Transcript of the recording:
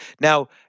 Now